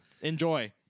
Enjoy